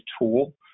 tool